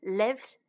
lives